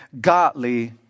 godly